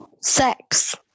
Sex